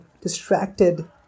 distracted